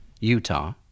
Utah